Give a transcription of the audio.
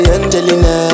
Angelina